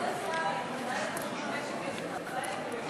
שמעתי קודם את הדברים של חבר הכנסת